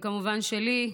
וכמובן שלי.